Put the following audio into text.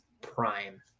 prime